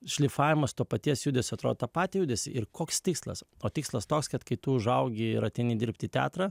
šlifavimas to paties judesio atrodo tą patį judesį ir koks tikslas o tikslas toks kad kai tu užaugi ir ateini dirbti į teatrą